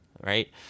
right